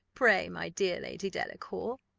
pray, my dear lady delacour,